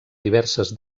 diverses